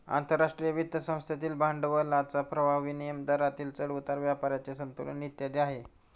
आंतरराष्ट्रीय वित्त संस्थेतील भांडवलाचा प्रवाह, विनिमय दरातील चढ उतार, व्यापाराचे संतुलन इत्यादी आहे